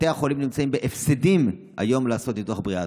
בתי החולים נמצאים היום בהפסדים בלעשות את הניתוחים הבריאטריים.